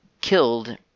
killed